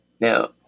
Now